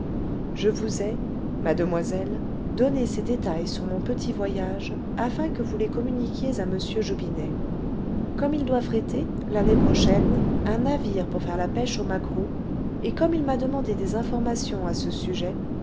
je vous ai mademoiselle donné ces détails sur mon petit voyage afin que vous les communiquiez à m jobinet comme il doit fréter l'année prochaine un navire pour faire la pêche au maquereau et comme il m'a demandé des informations à ce sujet